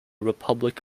republic